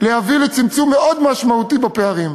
להביא לצמצום מאוד משמעותי בפערים.